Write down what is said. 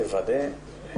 חלק נכבד מהתקציב,